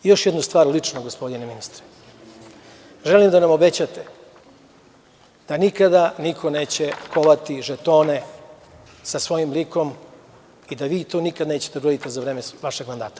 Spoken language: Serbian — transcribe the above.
Još jedna stvar, gospodine ministre, želim da nam obećate da nikada niko neće kovati žetone sa svojim likom i da vi to nikada nećete da uradite za vreme vašeg mandata.